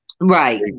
Right